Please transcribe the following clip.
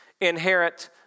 inherit